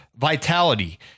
vitality